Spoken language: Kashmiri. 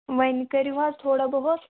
وۅنۍ کٔرِو حظ تھوڑا بہت